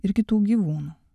ir kitų gyvūnų